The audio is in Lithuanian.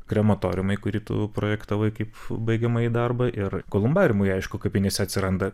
krematoriumai kurį tu projektavai kaip baigiamąjį darbą ir kolumbariumai aišku kapinėse atsiranda